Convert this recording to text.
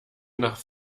nach